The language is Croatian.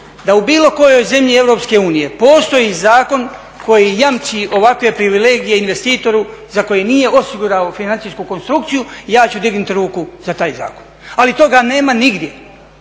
da u bilo kojoj zemlji Europske unije postoji zakon koji jamči ovakve privilegije investitoru za koji nije osigurao financijsku konstrukciju, ja ću dignut ruku za taj zakon. Ali toga nema nigdje